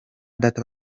data